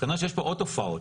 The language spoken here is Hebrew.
אז כנראה שיש פה עוד תופעות,